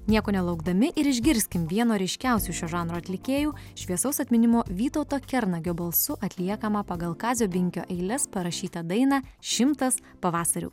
nieko nelaukdami ir išgirskim vieno ryškiausių šio žanro atlikėjų šviesaus atminimo vytauto kernagio balsu atliekamą pagal kazio binkio eiles parašytą dainą šimtas pavasarių